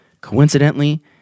Coincidentally